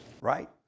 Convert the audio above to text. Right